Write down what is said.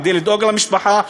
כדי לדאוג למשפחה,